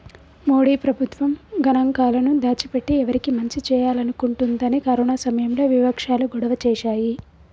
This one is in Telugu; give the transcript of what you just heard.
మోడీ ప్రభుత్వం గణాంకాలను దాచి పెట్టి ఎవరికి మంచి చేయాలనుకుంటుందని కరోనా సమయంలో వివక్షాలు గొడవ చేశాయి